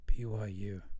BYU